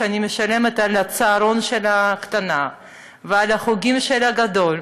כשאני משלמת על הצהרון של הקטנה ועל החוגים של הגדול,